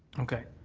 okay.